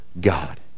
God